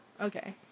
okay